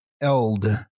Eld